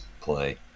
play